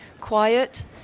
quiet